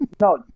No